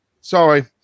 sorry